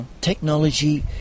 technology